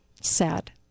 sad